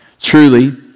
Truly